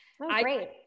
great